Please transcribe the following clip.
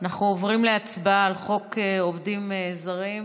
אנחנו עוברים להצבעה על חוק עובדים זרים.